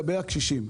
לגבי הקשישים.